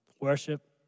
Worship